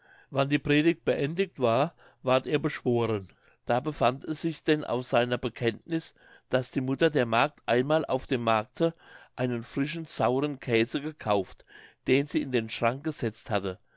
wann die predigt beendigt war ward er beschworen da befand es sich denn aus seiner bekenntniß daß die mutter der magd einmal auf dem markte einen frischen sauren käse gekauft den sie in den schrank gesetzt hatte